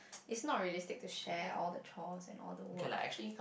it's not realistic to share all the chores and all the work